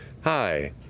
Hi